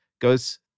goes